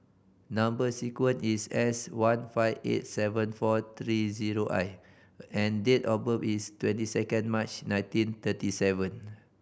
number sequence is S one five eight seven four three zero I and date of birth is twenty second March nineteen thirty seven